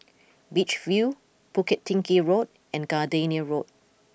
Beach View Bukit Tinggi Road and Gardenia Road